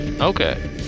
Okay